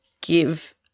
give